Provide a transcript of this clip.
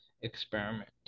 experiment